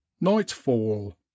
nightfall